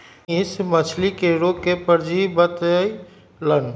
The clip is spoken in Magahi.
मनीष मछ्ली के रोग के परजीवी बतई लन